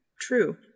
true